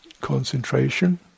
concentration